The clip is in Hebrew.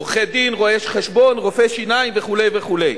עורכי-דין, רואי-חשבון, רופאי שיניים וכו'.